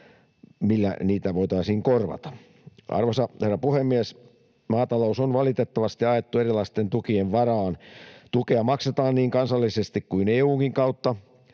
millä niitä voitaisiin korvata. Arvoisa herra puhemies! Maatalous on valitettavasti ajettu erilaisten tukien varaan. Tukea maksetaan niin kansallisesti kuin EU:nkin kautta.